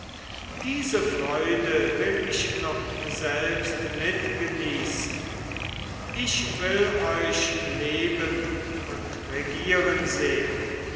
diese freude will ich noch selbst mit genießen ich will euch leben und regieren sehen